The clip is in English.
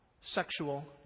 sexual